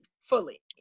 fully